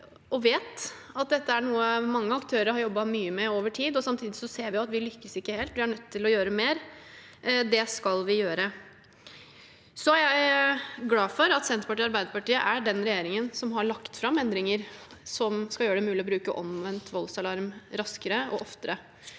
og vet, at dette er noe mange aktører har jobbet mye med over tid. Samtidig ser vi at vi ikke lykkes helt. Vi er nødt til å gjøre mer, og det skal vi gjøre. Jeg er glad for at det er Senterpartiet og Arbeiderpartiet i regjering som har lagt fram endringer som skal gjøre det mulig å bruke omvendt voldsalarm raskere og oftere.